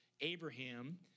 Abraham